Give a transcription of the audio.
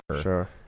Sure